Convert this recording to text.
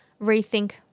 rethink